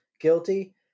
guilty